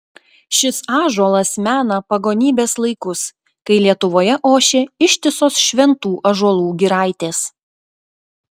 šis ąžuolas mena pagonybės laikus kai lietuvoje ošė ištisos šventų ąžuolų giraitės